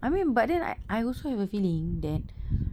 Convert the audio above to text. I mean but then I I also have a feeling that